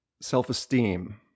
self-esteem